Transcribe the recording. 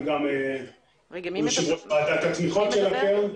אני גם יושב-ראש ועדת התמיכות של הקרן,